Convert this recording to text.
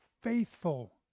faithful